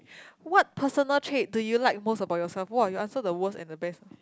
what personal trait do you like most about yourself !wah! you answer the worst and the best